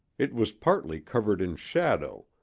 it was partly covered in shadow,